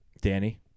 Danny